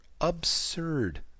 absurd